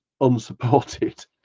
unsupported